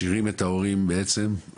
משאירים את ההורים בעצם תקועים באמצע,